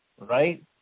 right